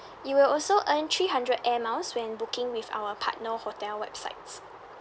you will also earn three hundred air miles when booking with our partner hotel websites